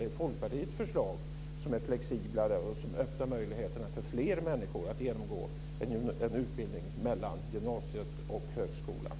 Det är Folkpartiets förslag som är flexiblare och som öppnar möjligheterna för fler människor att genomgå en utbildning mellan gymnasiet och högskolan.